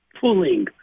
pulling